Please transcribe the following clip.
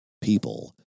people